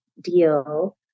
deal